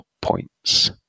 points